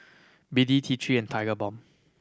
B D T Three and